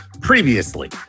previously